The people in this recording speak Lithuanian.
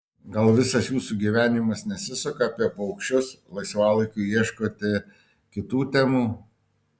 gal visas jūsų gyvenimas nesisuka apie paukščius laisvalaikiu ieškote kitų temų